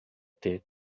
ter